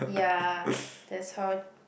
ya that's how